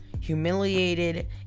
Humiliated